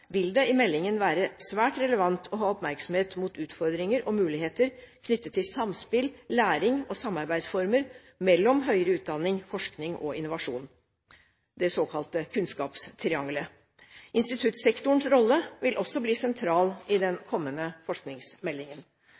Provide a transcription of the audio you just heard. vil det i meldingen være svært relevant å ha oppmerksomhet mot utfordringer og muligheter knyttet til samspill, læring og samarbeidsformer mellom høyere utdanning, forskning og innovasjon – det såkalte kunnskapstriangelet. Instituttsektorens rolle vil også bli sentral i den kommende forskningsmeldingen.